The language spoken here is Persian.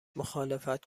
مخالفت